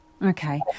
Okay